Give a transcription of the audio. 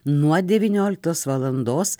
nuo devynioliktos valandos